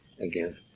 again